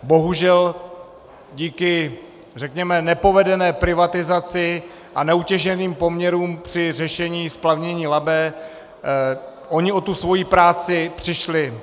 Bohužel díky řekněme nepovedené privatizaci a neutěšeným poměrům při řešení splavnění Labe oni o tu svoji práci přišli.